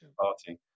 party